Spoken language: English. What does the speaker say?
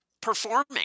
performing